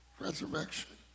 resurrection